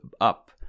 up